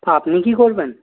তো আপনি কি করবেন